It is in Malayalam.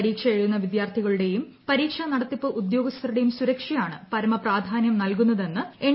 പരീക്ഷ എഴുതുന്ന വിദ്യാർഥികളുടെയും പരീക്ഷാ നടത്തിപ്പ് ഉദ്യോഗസ്ഥരുടെയും സുരക്ഷയാണ് പരമ പ്രാധാന്യം നൽകുന്നതെന്ന് എൻ